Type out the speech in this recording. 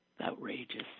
Outrageous